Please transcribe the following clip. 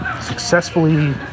Successfully